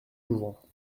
jouvent